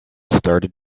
started